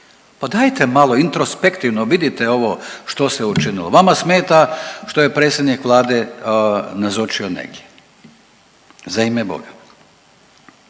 Pa dajte malo introspektivno vidite ovo što se učinilo. Vama smeta što je predsjednik vlade nazočio negdje, za ime boga